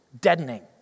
deadening